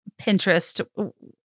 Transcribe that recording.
pinterest